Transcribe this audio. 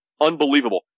unbelievable